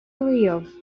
live